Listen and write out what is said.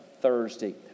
Thursday